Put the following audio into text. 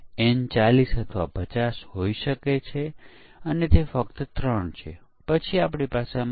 અને ત્યાં પરીક્ષણ પ્રયત્નોનો અંદાજ અને કેટલા દિવસની પરીક્ષાની અપેક્ષા છે તે પરીક્ષણનું શેડ્યૂલ પણ છે